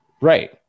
right